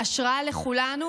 השראה לכולנו,